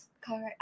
correct